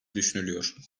düşünülüyor